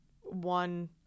one